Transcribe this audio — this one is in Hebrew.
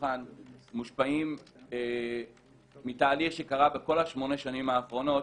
השולחן מושפעים מתהליך שקרה בכל שמונה השנים האחרונות,